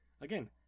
again